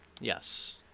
Yes